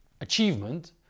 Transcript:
achievement